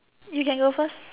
you can go first